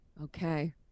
Okay